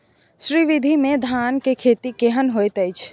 श्री विधी में धान के खेती केहन होयत अछि?